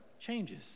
changes